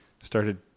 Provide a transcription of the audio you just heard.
started